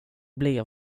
blir